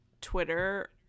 twitter